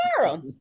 tomorrow